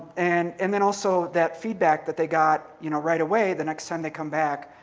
and and then also that feedback that they got you know right away, the next time they come back,